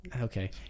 Okay